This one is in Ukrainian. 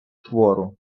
твору